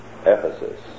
Ephesus